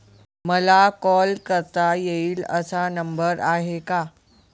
मला कॉल करता येईल असा नंबर आहे का?